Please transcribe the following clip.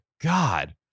god